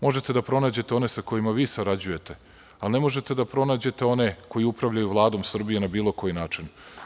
Možete da pronađete one sa kojima vi sarađujete, ali ne možete da pronađete one koji upravljaju Vladom Srbije, na bilo koji način.